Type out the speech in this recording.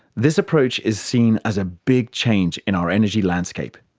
this approach is seen as a big change in our energy landscape.